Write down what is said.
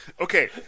Okay